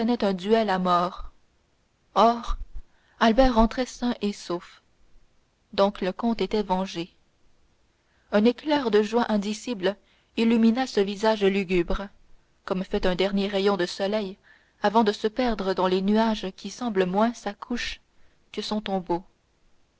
un duel à mort or albert rentrait sain et sauf donc le comte était vengé un éclair de joie indicible illumina ce visage lugubre comme fait un dernier rayon de soleil avant de se perdre dans les nuages qui semblent moins sa couche que son tombeau